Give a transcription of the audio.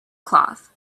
cloth